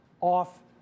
off